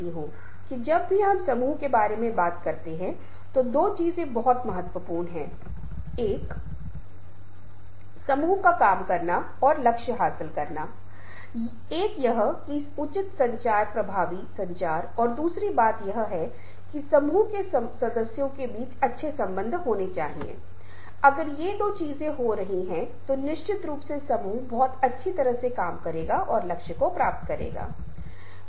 हमने संघर्ष समाधान के बारे में बात की एक बहुत ही महत्वपूर्ण घटक जो बहुत कुछ ध्यान में रखता है जिसे हमने पहले सीखा था जैसे सुनने कौशल और बोलने का कौशल समूह की गतिशीलता अशाब्दिक संचार क्योंकि इनके माध्यम से आप समझते हैं कि कब आक्रमण हो रहा है और आपको एहसास होता है आप कैसे उस पर प्रतिक्रिया करने के लिए मान रहे हैं